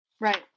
Right